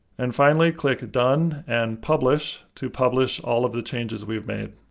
and finally click done and publish to publish all of the changes we've made.